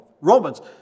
Romans